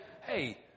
Hey